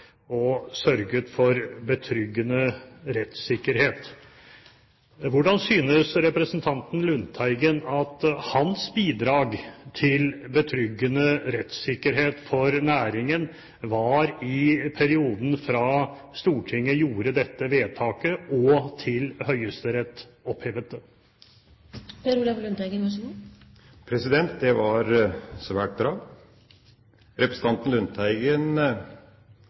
og sørget for betryggende rettssikkerhet. Hvordan synes representanten Lundteigen at hans bidrag til betryggende rettssikkerhet for næringen var i perioden fra Stortinget gjorde dette vedtaket, til Høyesterett opphevet det? Det var svært bra. Representanten Lundteigen